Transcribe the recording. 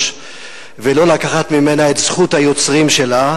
ולא לקחת ממנה את זכות היוצרים שלה.